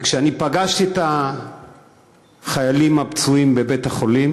כשפגשתי את החיילים הפצועים בבית-החולים,